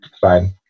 Fine